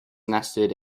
nestled